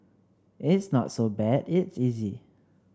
it's not so bad it's easy